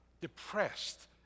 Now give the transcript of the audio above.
depressed